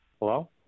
hello